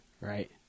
Right